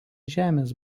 žemės